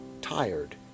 tired